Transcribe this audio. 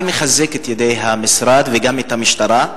אני מחזק את ידי המשרד וגם את המשטרה,